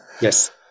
Yes